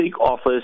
office